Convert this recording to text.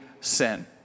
sin